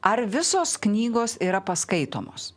ar visos knygos yra paskaitomos